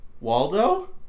Waldo